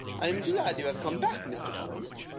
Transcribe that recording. i am glad you have come back, mr. collins.